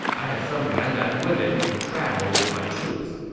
i have some nan man women who travel with my troops.